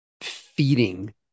feeding